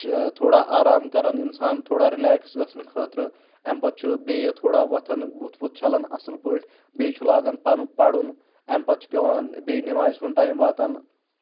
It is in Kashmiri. تھوڑا آرام کَرَان اِنسان تھوڑا رِلیکٕس گژھنہٕ خٲطرٕ اَمہِ پَتہٕ چھُ بیٚیہِ تھوڑا وۄتھان بُتھ وُتھ چھَلَان اَصٕل پٲٹھۍ بیٚیہِ چھُ لاگان پَنُن پَرُن اَمہِ پَتہٕ چھُ پؠوان بیٚیہِ نِمازِ ہُنٛد ٹایم واتان